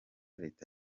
leta